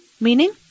meaning